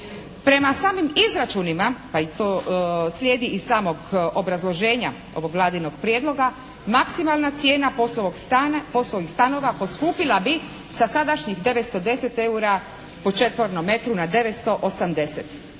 Prema samim izračunima pa i to sljedi iz samog obrazloženja ovog Vladinog prijedloga, maksimalna cijena POS-ovih stanova poskupila bi sa sadašnjih 910 eura po četvornom metru na 980.